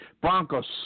Broncos